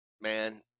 man